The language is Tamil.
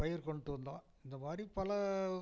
பயிர் கொண்டுட்டு வந்தோம் இந்த மாதிரி பல